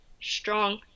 strong